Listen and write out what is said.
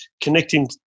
connecting